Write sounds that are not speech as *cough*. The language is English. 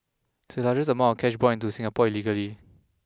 *unintelligible* amount cash brought into Singapore illegally